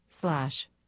slash